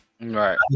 Right